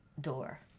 door